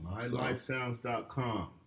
MyLifeSounds.com